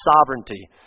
sovereignty